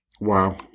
Wow